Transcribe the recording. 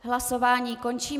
Hlasování končím.